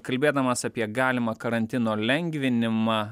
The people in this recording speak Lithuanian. kalbėdamas apie galimą karantino lengvinimą